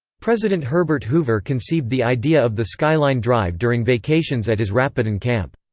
president herbert hoover conceived the idea of the skyline drive during vacations at his rapidan camp.